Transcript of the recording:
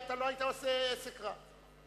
אתה לא היית עושה עסק רע.